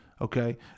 Okay